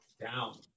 down